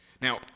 Now